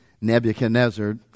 Nebuchadnezzar